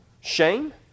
shame